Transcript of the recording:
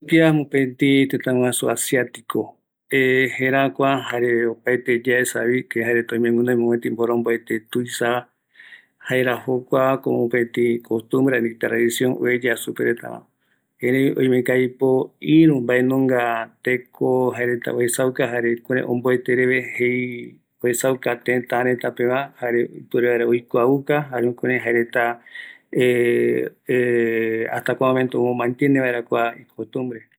Kua jaevi tëtäguasu tuisagueva, ëreï oïmera oesauka jaereta jeko omomoeva, jare yaikua vaera añaverupi, nbaetɨ yaikua mbate kïräiko yaesa